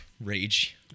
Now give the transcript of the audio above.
Rage